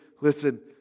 listen